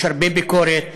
יש הרבה ביקורת,